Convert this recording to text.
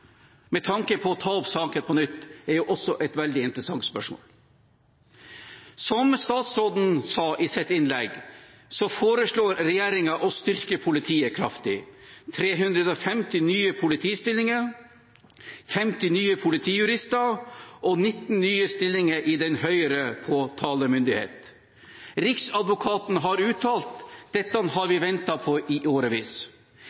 med tanke på å ta opp saken på nytt, er også et veldig interessant spørsmål. Som statsråden sa i sitt innlegg, foreslår regjeringen å styrke politiet kraftig: 350 nye politistillinger, 50 nye politijurister og 19 nye stillinger i den høyere påtalemyndighet. Riksadvokaten har uttalt: Dette har